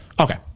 Okay